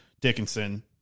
Dickinson